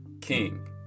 king